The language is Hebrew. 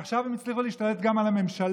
עכשיו הם הצליחו להשתלט גם על הממשלה.